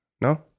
no